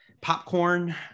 popcorn